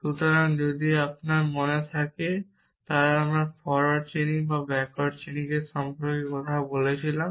সুতরাং যদি আপনার মনে থাকে যখন আমরা ফরওয়ার্ড চেইনিং বা ব্যাকওয়ার্ড চেইনিং সম্পর্কে কথা বলেছিলাম